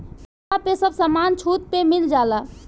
इहवा पे सब समान छुट पे मिल जाला